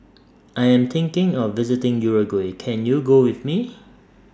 I Am thinking of visiting Uruguay Can YOU Go with Me